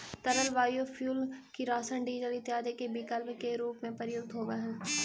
तरल बायोफ्यूल किरासन, डीजल इत्यादि के विकल्प के रूप में प्रयुक्त होवऽ हई